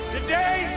Today